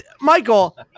Michael